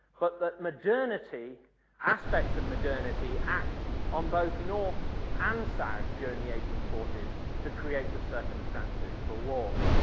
but that modernity aspects of modernity act on both north and south during the eighteen forty s to create the circumstances for war.